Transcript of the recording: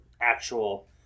actual